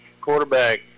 quarterback